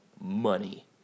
Money